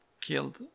killed